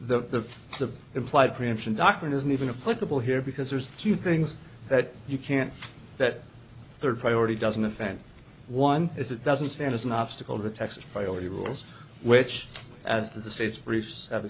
the implied preemption doctrine isn't even a political here because there's two things that you can't that third priority doesn't offend one is it doesn't stand as an obstacle to texas priority rules which as the state's